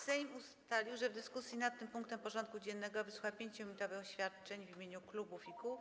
Sejm ustalił, że w dyskusji nad tym punktem porządku dziennego wysłucha 5-minutowych oświadczeń w imieniu klubów i kół.